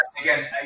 again